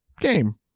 game